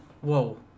whoa